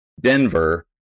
denver